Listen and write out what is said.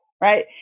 right